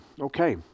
okay